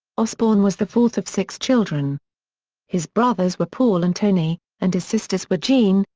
osbourne was the fourth of six children his brothers were paul and tony, and his sisters were jean,